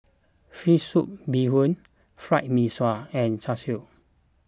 Fish Soup Bee Hoon Fried Mee Sua and Char Siu